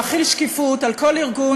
להחיל שקיפות על כל ארגון,